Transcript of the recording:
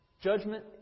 Judgment